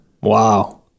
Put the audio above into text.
Wow